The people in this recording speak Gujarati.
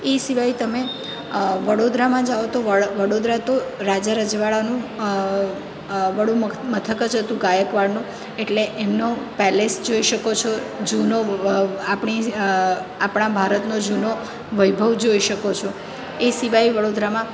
એ સિવાય તમે વડોદરામાં જાઓ તો વડોદરામાં તો રાજા રજવાડાઓનું વડુંમથક હતું ગાયકવાડનું એટલે એમનો પેલેસ જોઈ શકો છો જૂનો આપણી જ આપણા ભારતનો જૂનો વૈભવ જોઈ શકો છો એ સિવાય વડોદરામાં